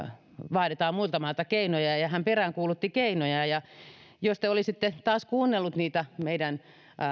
vaaditaan muilta mailta keinoja ja ja hän peräänkuulutti keinoja ja jos te olisitte taas kuunnellut niitä meidän